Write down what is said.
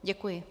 Děkuji.